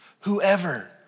Whoever